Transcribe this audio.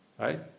right